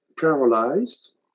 paralyzed